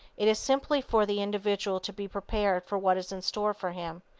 it is simply for the individual to be prepared for what is in store for him,